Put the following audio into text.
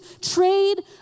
trade